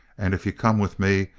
and if you come with me,